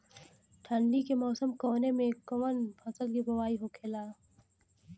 ठंडी के मौसम कवने मेंकवन फसल के बोवाई होखेला?